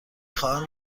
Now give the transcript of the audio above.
خواهم